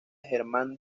germán